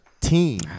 team